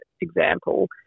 example